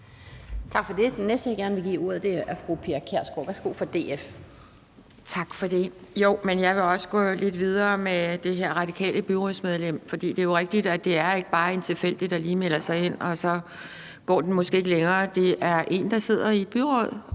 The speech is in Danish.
Tak for det. Den næste, jeg gerne vil give ordet til, er fru Pia Kjærsgaard fra DF. Værsgo. Kl. 12:45 Pia Kjærsgaard (DF): Tak for det. Jeg vil også gå lidt videre med det her radikale byrådsmedlem. For det er jo rigtigt, at det ikke bare er en tilfældig, der lige melder sig ind, og så går den måske ikke længere, for det er en, der sidder i et byråd,